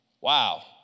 Wow